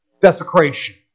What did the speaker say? desecration